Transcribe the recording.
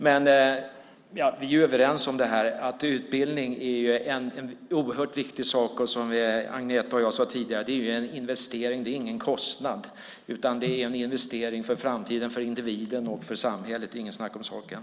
Men vi är ju överens om att utbildning är något oerhört viktigt. Som Agneta och jag sade tidigare är det en investering. Det är inte en kostnad, utan det är en investering för framtiden, för individen och för samhället. Det är inget snack om saken.